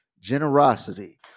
generosity